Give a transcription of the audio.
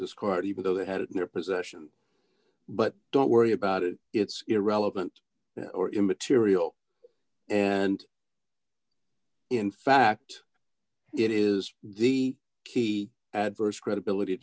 discard even though they had it in their possession but don't worry about it it's irrelevant or immaterial and in fact it is easy he has credibility